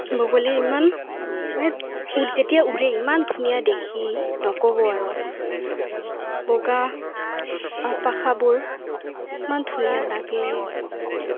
বগলীয়ে ইমান মানে উৰে যেতিয়া উৰে ইমান ধুনীয়া দেখি নক'ব আৰু বগা পাখিবোৰ ইমান ধুনীয়া লাগে